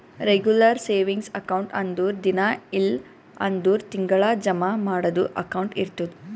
regular savings account ಅಂದುರ್ ದಿನಾ ಇಲ್ಲ್ ಅಂದುರ್ ತಿಂಗಳಾ ಜಮಾ ಮಾಡದು ಅಕೌಂಟ್ ಇರ್ತುದ್